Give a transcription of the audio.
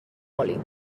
oli